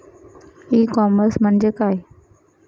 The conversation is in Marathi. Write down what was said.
ई कॉमर्स म्हणजे काय?